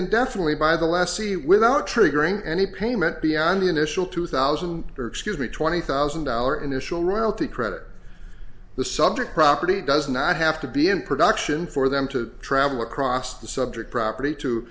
indefinitely by the last c without triggering any payment beyond the initial two thousand and twenty thousand dollar initial royalty creditor the subject property does not have to be in production for them to travel across the subject property to